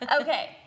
Okay